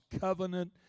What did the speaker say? covenant